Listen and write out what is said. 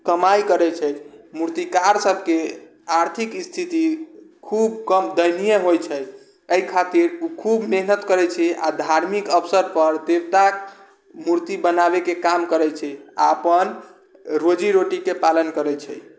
कमाइ करै छै मूर्तिकारसबके आर्थिक स्थिति खूब कम दयनीय होइ छै एहि खातिर ओ खूब मेहनत करै छै आओर धार्मिक अवसरपर देवताके मूर्ति बनाबैके काम करै छै आओर अपन रोजी रोटीके पालन करै छै